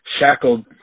shackled